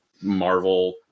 Marvel